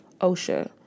Osha